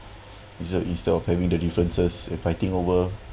is the instead of having the differences and fighting over